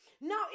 Now